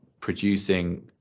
Producing